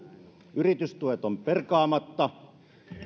yritystuet ovat perkaamatta